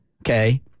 Okay